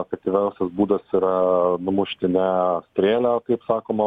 efektyviausias būdas yra numušti ne strėlę kaip sakoma